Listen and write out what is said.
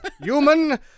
Human